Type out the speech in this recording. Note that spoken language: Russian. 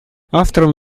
автором